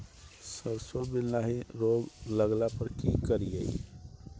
सरसो मे लाही रोग लगला पर की करिये?